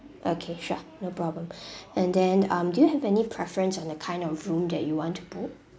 okay sure no problem and then um do you have any preference on the kind of room that you want to book